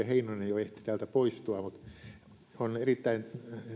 heinonen ehti jo täältä poistua mutta on erittäin